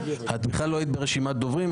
את בכלל לא היית ברשימת הדוברים,